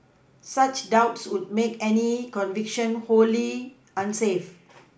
such doubts would make any conviction wholly unsafe